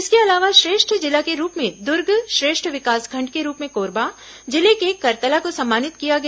इसके अलावा श्रेष्ठ जिला के रूप में दुर्ग श्रेष्ठ विकासखंड के रूप में कोरबा जिले के करतला को सम्मानित किया गया